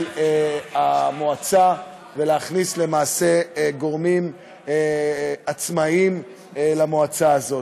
המועצה ולהכניס למעשה גורמים עצמאיים למועצה הזאת.